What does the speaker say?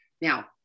Now